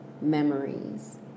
memories